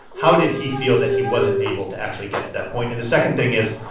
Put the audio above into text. how did he feel that he wasn't able to actually get to that point? and the second thing is,